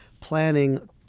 planning